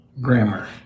Grammar